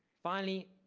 finally,